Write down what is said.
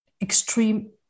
extreme